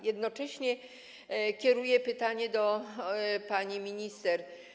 Jednocześnie kieruję pytanie do pani minister.